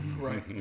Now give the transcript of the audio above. Right